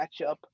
matchup